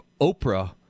Oprah